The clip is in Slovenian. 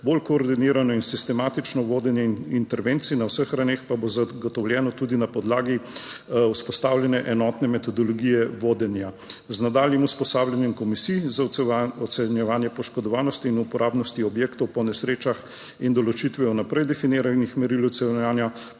bolj koordinirano in sistematično vodenje intervencij na vseh ravneh pa bo zagotovljeno tudi na podlagi vzpostavljene enotne metodologije vodenja. Z nadaljnjim usposabljanjem komisij za ocenjevanje poškodovanosti in uporabnosti objektov po nesrečah in določitvijo vnaprej definiranih meril ocenjevanja